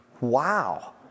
Wow